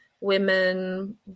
women